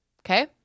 Okay